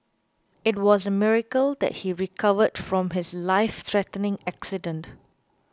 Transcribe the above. it was a miracle that he recovered from his lifethreatening accident